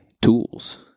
tools